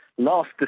Last